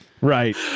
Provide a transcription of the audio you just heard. Right